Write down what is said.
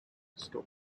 store